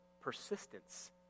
persistence